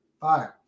Five